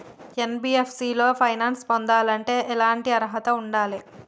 NBFC లో finance పొందాలంటే ఎట్లాంటి అర్హత ఉండాలే?